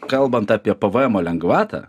kalbant apie pvmo lengvatą